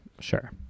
Sure